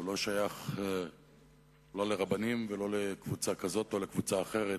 הוא לא שייך לא לרבנים ולא לקבוצה כזאת או לקבוצה אחרת.